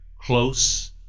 close